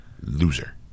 loser